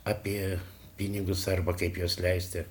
apie pinigus arba kaip juos leisti